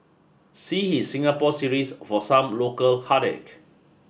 see his Singapore series for some local heartache